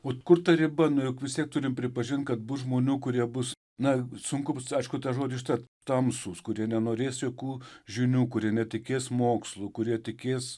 o kur ta riba nu juk vis tiek turim pripažint kad bus žmonių kurie bus na sunku aišku tą žodį ištart tamsūs kurie nenorės jokių žinių kurie netikės mokslu kurie tikės